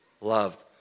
loved